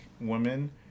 women